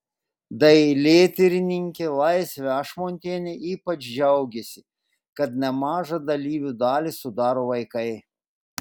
dailėtyrininkė laisvė ašmontienė ypač džiaugėsi kad nemažą dalyvių dalį sudaro vaikai